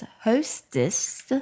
hostess